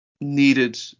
needed